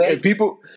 people